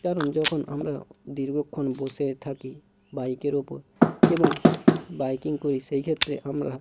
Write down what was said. কারণ যখন আমরা দীর্ঘক্ষণ বসে থাকি বাইকের ওপর এবং বাইকিং করি সেই ক্ষেত্রে আমরা